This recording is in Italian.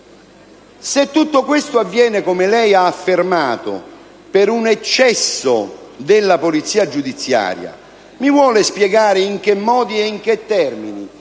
Se tutto questo avviene, come lei ha affermato, per un eccesso della Polizia giudiziaria, mi vuole spiegare in che modi e in che termini